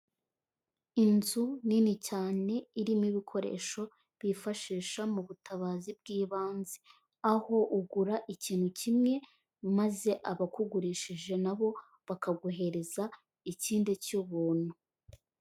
Inzu nini cyane irimo ibikoresho bifashisha mu butabazi bw'ibanze, aho ugura ikintu kimwe maze abakugurishije na bo bakaguhereza ikindi cy'ubuntu.